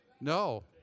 No